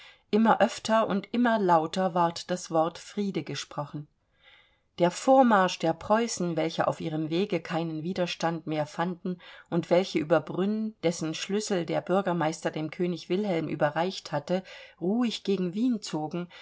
immer öfter und immer lauter ward das wort friede gesprochen der vormarsch der preußen welche auf ihrem wege keinen widerstand mehr fanden und welche über brünn dessen schlüssel der bürgermeister dem könig wilhelm überreicht hatte ruhig gegen wien zogen